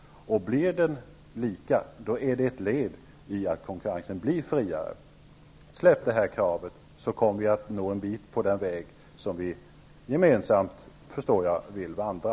Blir den lika, är det ett led i försöken att få en friare konkurrens. Släpp ert krav, så kommer vi en bit på den väg som vi, såvitt jag förstår, gemensamt vill vandra.